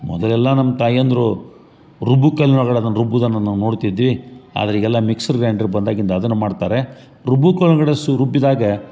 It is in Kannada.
ಮೊದಲೆಲ್ಲ ನಮ್ಮ ತಾಯಂದಿರು ರುಬ್ಬು ಕಲ್ನ ಒಳಗಡೆ ಅದನ್ನು ರುಬ್ಬಿದ್ದನ್ನು ನಾವು ನೋಡ್ತಿದ್ವಿ ಆದರೆ ಈಗೆಲ್ಲ ಮಿಕ್ಸರ್ ಗ್ರೈಂಡರ್ ಬಂದಾಗಿಂದ ಅದನ್ನ ಮಾಡ್ತಾರೆ ರುಬ್ಬು ಕಲ್ನ ಒಳಗಡೆ ಸು ರುಬ್ಬಿದಾಗ